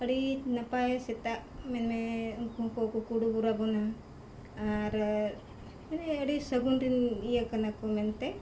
ᱟᱹᱰᱤ ᱱᱟᱯᱟᱭ ᱥᱮᱛᱟᱜ ᱢᱮᱱᱢᱮ ᱩᱱᱠᱩ ᱦᱚᱸᱠᱚ ᱠᱩᱠᱩᱰᱩᱵᱩᱨ ᱟᱵᱚᱱᱟ ᱟᱨ ᱢᱟᱱᱮ ᱟᱹᱰᱤ ᱥᱟᱹᱜᱩᱱ ᱨᱤᱱ ᱤᱭᱟᱹ ᱠᱟᱱᱟ ᱠᱚ ᱢᱮᱱᱛᱮ